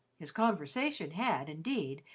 his conversation had, indeed,